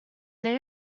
they